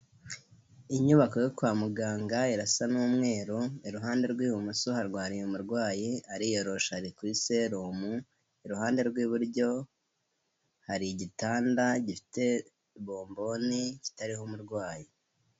Inyubako yo kwa muganga irasa n'umweru, iruhande rw'ibumoso harwariye umurwayi ariyoroshe ari kuri serumu, iruhande rw'iburyo hari igitanda gifite bomboni kitariho umurwayi.